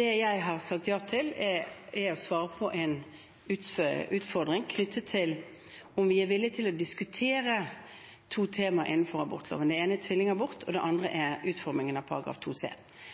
det jeg har sagt ja til, er å svare på en utfordring knyttet til om vi er villige til å diskutere to tema innenfor abortloven – det ene er tvillingabort, og det andre er